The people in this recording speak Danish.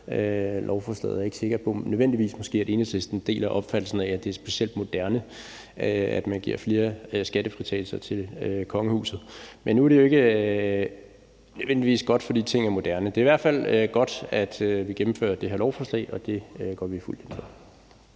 lovforslaget. Jeg er ikke nødvendigvis sikker på, at Enhedslisten deler opfattelsen af, at det er specielt moderne, at man giver flere skattefritagelser til kongehuset. Men nu er det jo ikke nødvendigvis godt, at ting er moderne, men det er i hvert fald godt, at vi gennemfører det her lovforslag, og det går vi fuldt ind for.